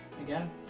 Again